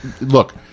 Look